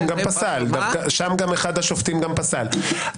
שם אחד השופטים גם פסל.